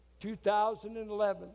2011